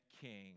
king